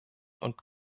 und